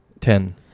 Ten